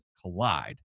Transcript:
collide